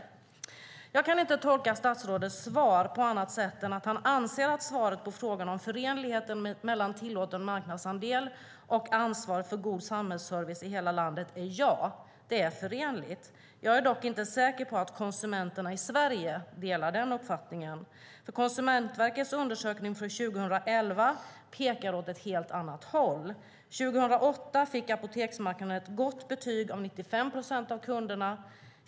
Jag kan inte tolka statsrådets svar på annat sätt än att han anser att regleringen av marknadsandelen och ansvaret för god samhällsservice i hela landet är förenliga. Jag är dock inte säker på att konsumenterna i Sverige delar den uppfattningen. Konsumentverkets undersökning från 2011 pekar åt ett helt annat håll. År 2008 fick apoteksmarknaden ett gott betyg av 95 procent av kunderna.